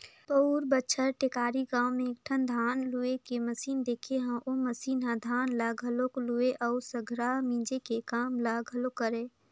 पउर बच्छर टेकारी गाँव में एकठन धान लूए के मसीन देखे हंव ओ मसीन ह धान ल घलोक लुवय अउ संघरा मिंजे के काम ल घलोक करय